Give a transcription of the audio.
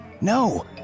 No